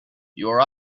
your